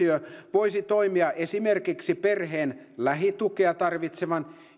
voisi toimia esimerkiksi perheen lähitukea tarvitsevan